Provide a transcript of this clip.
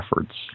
efforts